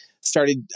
started